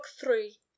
three